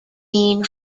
mean